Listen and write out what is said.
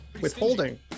withholding